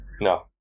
No